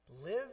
Live